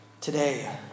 today